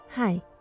Hi